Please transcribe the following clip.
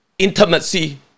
intimacy